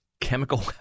chemical